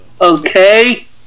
Okay